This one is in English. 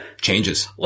changes